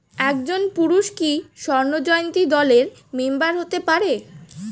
একজন পুরুষ কি স্বর্ণ জয়ন্তী দলের মেম্বার হতে পারে?